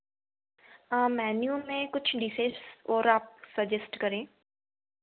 हाँ मेनू में कुछ डिशेस और आप सजेस्ट करें